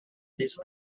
this